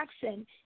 Jackson